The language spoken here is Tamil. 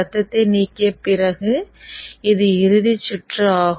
சத்தத்தை நீக்கிய பிறகு இது இறுதி சுற்று ஆகும்